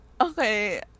Okay